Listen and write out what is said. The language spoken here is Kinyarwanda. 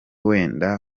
wenda